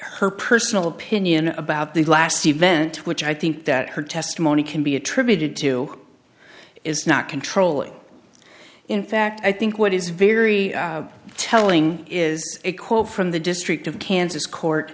her personal opinion about the last event which i think that her testimony can be attributed to is not controlling in fact i think what is very telling is a quote from the district of kansas court